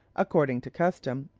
according to custom,